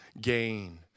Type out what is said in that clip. gain